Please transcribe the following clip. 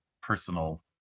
personal